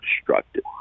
destructive